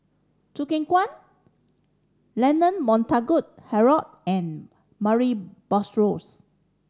Choo Keng Kwang Leonard Montague Harrod and Murray Buttrose